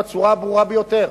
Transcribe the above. בצורה הברורה ביותר: